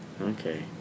Okay